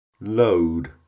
Load